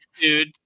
dude